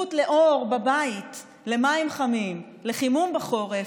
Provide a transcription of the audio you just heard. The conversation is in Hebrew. מהזכות לאור בבית, למים חמים, לחימום בחורף,